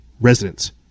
residents